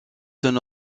son